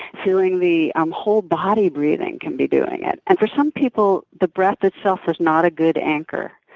feeling the um whole body breathing can be doing it. and, for some people, the breath itself is not a good anchor.